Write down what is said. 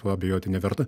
tuo abejoti neverta